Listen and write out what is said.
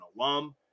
alum